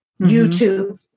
YouTube